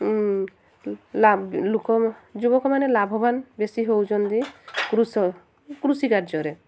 ଲୋକ ଯୁବକମାନେ ଲାଭବାନ ବେଶୀ ହେଉଛନ୍ତି କୃଷ କୃଷି କାର୍ଯ୍ୟରେ